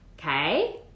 okay